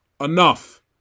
Enough